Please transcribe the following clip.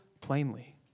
plainly